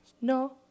No